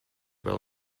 while